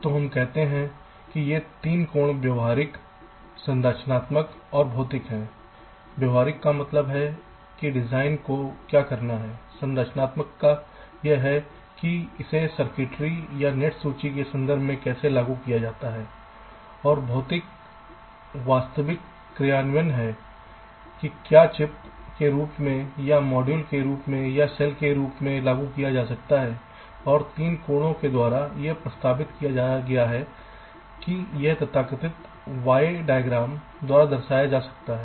तो हम कहते हैं कि ये 3 कोण व्यवहारिक संरचनात्मक और भौतिक हैं व्यवहारिक का मतलब है कि डिजाइन को क्या करना है संरचनात्मक यह है कि इसे सर्किटरी या नेट सूची के संदर्भ में कैसे लागू किया जाता है और भौतिक वास्तविक कार्यान्वयन है कि क्या चिप के रूप में या एक मॉड्यूल के रूप में या एक सेल के रूप में लागू किया सकता है और 3 कोणों के कारण यह प्रस्तावित किया गया था कि यह तथाकथित वाई आरेख द्वारा दर्शाया जा सकता है